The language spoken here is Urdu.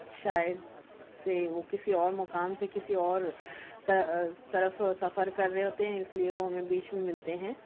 شاید سے وہ کسی اور مقام سے کسی اور طرف سفر کر رہے ہوتے ہیں اِس لیے وہ ہمیں بیچ میں ملتے ہیں